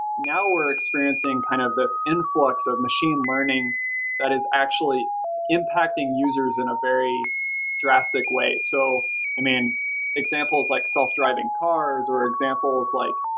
now we're experiencing kind of this influx of machine learning that is actually impacting users in a very drastic way. so um examples like self-driving cars, or examples like,